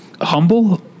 humble